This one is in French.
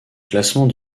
classement